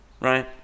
right